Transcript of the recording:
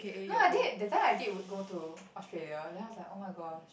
no I did that time I did would go to Australia then I was like oh-my-gosh